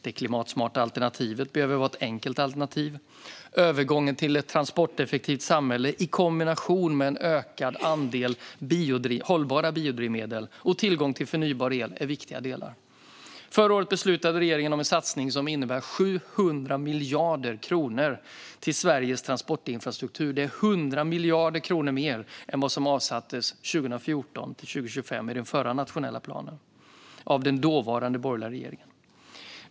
Det klimatsmarta alternativet behöver vara ett enkelt alternativ. Övergången till ett transporteffektivt samhälle i kombination med en ökad andel hållbara biodrivmedel och tillgång till förnybar el är viktiga delar. Förra året beslutade regeringen om en satsning som innebär 700 miljarder kronor till Sveriges transportinfrastruktur. Det är 100 miljarder kronor mer än vad som avsattes 2014-2025 i den förra nationella planen av den dåvarande borgerliga regeringen.